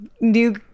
new